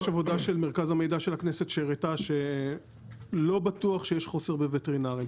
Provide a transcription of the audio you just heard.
יש עבודה של מרכז המידע של הכנסת שהראתה שלא בטוח שיש חוסר בווטרינרים.